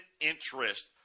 interest